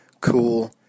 cool